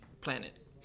planet